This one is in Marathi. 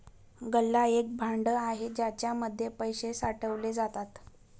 गल्ला एक भांड आहे ज्याच्या मध्ये पैसे साठवले जातात